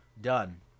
done